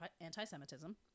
anti-Semitism